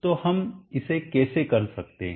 तो हम इसे कैसे कर सकते हैं